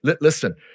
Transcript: listen